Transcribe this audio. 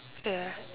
ya